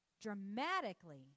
dramatically